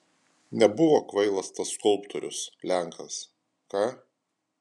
nebuvo kvailas tas skulptorius lenkas ką